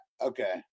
Okay